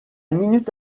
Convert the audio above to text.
minute